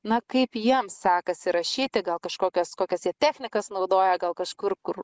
na kaip jiems sekasi rašyti gal kažkokias kokias jie technikas naudoja gal kažkur kur